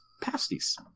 pasties